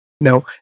No